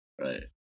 right